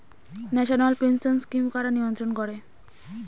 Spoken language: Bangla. ন্যাশনাল পেনশন স্কিম কারা নিয়ন্ত্রণ করে?